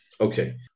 Okay